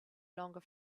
longer